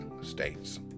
states